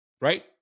Right